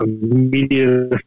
media